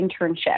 internship